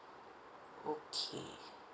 okay